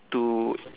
to